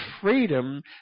freedom